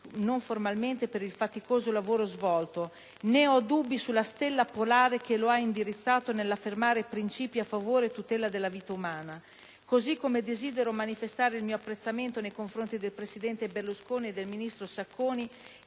non formalmente per il faticoso lavoro svolto, né ho dubbi sulla stella polare che lo ha indirizzato nell'affermare principi a favore e tutela della vita umana. Desidero altresì manifestare il mio apprezzamento nei confronti del presidente Berlusconi e del ministro Sacconi